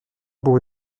beau